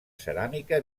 ceràmica